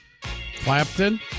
Clapton